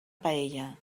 paella